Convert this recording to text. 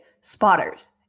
spotters